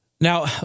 Now